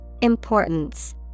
Importance